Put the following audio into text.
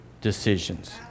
decisions